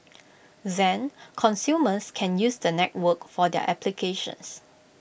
then consumers can use the network for their applications